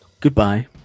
Goodbye